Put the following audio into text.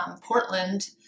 Portland